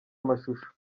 amashusho